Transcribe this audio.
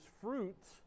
fruits